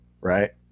right